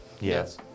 yes